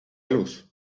elus